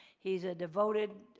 he's a devoted